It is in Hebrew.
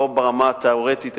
לא ברמה התיאורטית,